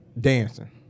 dancing